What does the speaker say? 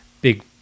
big